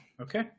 okay